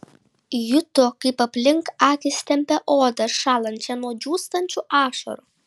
juto kaip aplink akis tempia odą šąlančią nuo džiūstančių ašarų